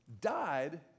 died